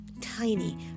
tiny